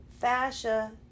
fascia